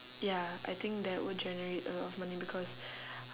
ya I think that would generate a lot of money because